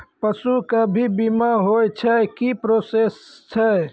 पसु के भी बीमा होय छै, की प्रोसेस छै?